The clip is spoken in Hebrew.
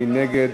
מי נגד?